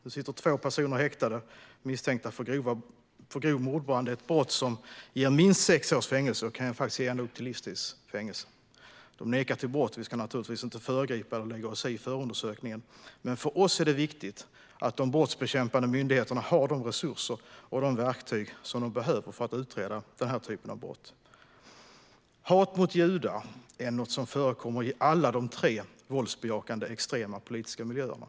Nu sitter två personer häktade misstänkta för grov mordbrand, ett brott som ger minst sex års fängelse och faktiskt ända upp till livstids fängelse. De nekar till brott, och vi ska naturligtvis inte föregripa eller lägga oss i förundersökningen. Men för oss är det viktigt att de brottsbekämpande myndigheterna har de resurser och de verktyg som de behöver för att utreda den här typen av brott. Hat mot judar är något som förekommer i alla de tre våldsbejakande extrema politiska miljöerna.